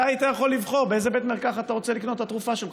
אתה היית יכול לבחור באיזה בית מרקחת אתה רוצה לקנות את התרופה שלך,